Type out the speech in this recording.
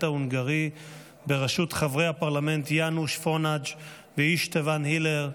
ההונגרי בראשות חברי הפרלמנט יאנוש פונאז' ואישטוון הילר,